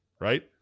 right